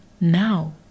Now